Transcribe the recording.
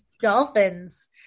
dolphins